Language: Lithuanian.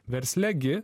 versle gi